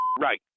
right